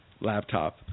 laptop